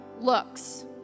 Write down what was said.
looks